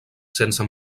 sense